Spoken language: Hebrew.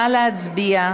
נא להצביע.